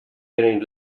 getting